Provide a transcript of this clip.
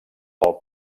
pel